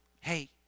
hey